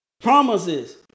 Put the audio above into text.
Promises